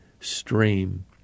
stream